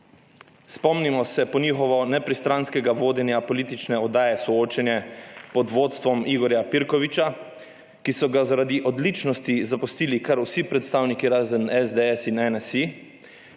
Spomnimo se po njihovo nepristranskega vodenja politične oddaje, soočenja pod vodstvom Igorja Pirkoviča, ki so ga zaradi odličnosti zapustili kar vsi predstavniki, razen SDS in NSi,